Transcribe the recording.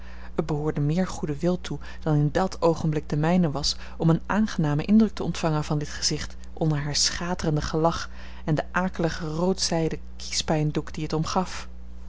behoorde meer goeden wil toe dan in dat oogenblik de mijne was om een aangenamen indruk te ontvangen van dit gezicht onder haar schaterend gelach en den akeligen roodzijden kiespijndoek die het omgaf